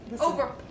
over